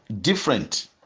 different